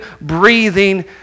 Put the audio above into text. breathing